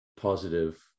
positive